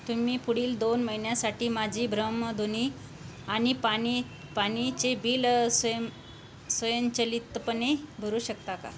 तुम्ही पुढील दोन महिन्यांसाठी माझी भ्रमणध्वनी आणि पाणी पाणीचे बिलं स्वयं स्वयंचलितपणे भरू शकता का